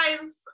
guys